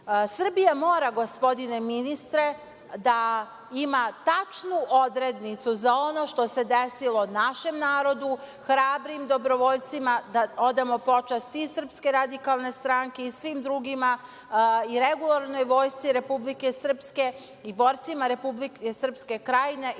godina. Srbija mora, gospodina ministre, da ima tačnu odrednicu za ono što se desilo našem narodu, hrabrim dobrovoljcima da odamo počast i SRS i svim drugima i regularnoj Vojsci Republike Srpske i borcima Republike Srpske Krajine i da